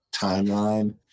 timeline